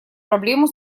проблему